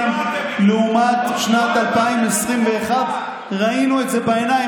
לעומת שנת 2021. --- ראינו את זה בעיניים,